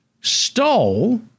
stole